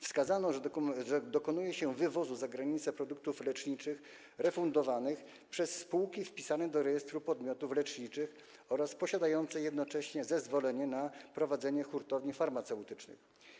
Wskazano, że dokonuje się wywozu za granicę produktów leczniczych refundowanych przez spółki wpisane do rejestru podmiotów leczniczych, posiadające jednocześnie zezwolenie na prowadzenie hurtowni farmaceutycznych.